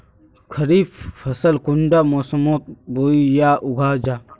खरीफ फसल कुंडा मोसमोत बोई या उगाहा जाहा?